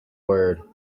word